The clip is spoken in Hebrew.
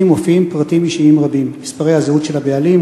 מופיעים פרטים אישיים רבים: מספרי הזהות של הבעלים,